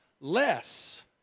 less